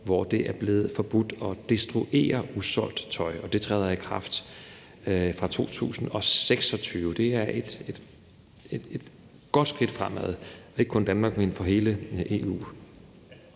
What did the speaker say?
er det blevet forbudt at destruere usolgt tøj. Det træder i kraft fra 2026, og det er et godt skridt fremad, ikke kun for Danmark, men for hele EU.